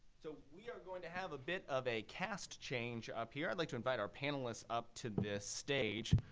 so we are going to have a bit of a cast change up here. i'd like to invite our panelists up to the stage.